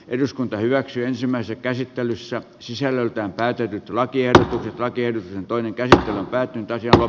eduskunta hyväksyi ensimmäisen käsittelyssä sisällöltään täytyy tulla tiensä kaikkien toimiin kertoo lääkintä ja